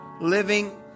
living